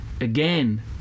again